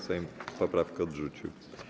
Sejm poprawkę odrzucił.